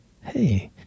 Hey